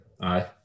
aye